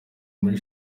muri